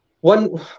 One